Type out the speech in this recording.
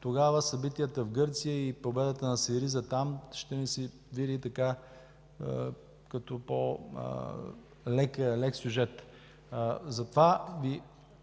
тогава събитията в Гърция и победата на СИРИЗА там ще ни се види като по-лек сюжет.